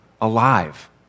alive